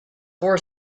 four